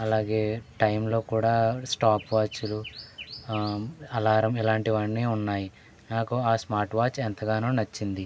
అలాగే టైమ్లో కూడా స్టాప్వాచ్లు అలారమ్ ఇలాంటివి అన్నీ ఉన్నాయి నాకు ఆ స్మార్ట్వాచ్ ఎంతగానో నచ్చింది